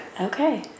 Okay